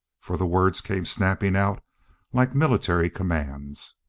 for the words came snapping out like military commands.